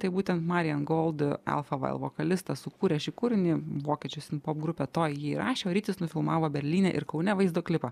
tai būtent marian gold elfavail vokalistas sukūrė šį kūrinį vokiečių sinpopgrupė toj jį įrašė o rytis nufilmavo berlyne ir kaune vaizdo klipą